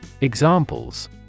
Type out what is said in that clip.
Examples